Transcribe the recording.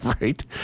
right